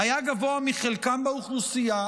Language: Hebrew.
היה גבוה מחלקם באוכלוסייה,